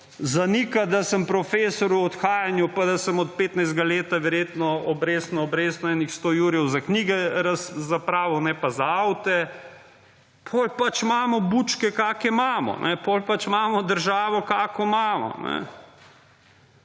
zanikati, da sem profesor v odhajanju, pa da sem od 15. leta verjetno obrestno obrestno enih sto jurjev za knjiga zapravil ne pa za avte, potem pač imamo bučke kake imamo. Potem pač imamo državo kakršno imamo.